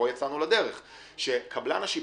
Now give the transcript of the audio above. שקבלן השיפוצים,